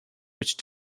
which